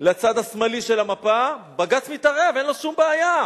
לצד השמאלי של המפה, בג"ץ מתערב, אין לו שום בעיה.